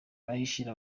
bahishira